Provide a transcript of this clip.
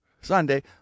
Sunday